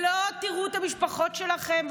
לא תראו את המשפחות שלכם,